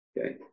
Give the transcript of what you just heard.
Okay